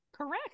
Correct